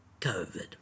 COVID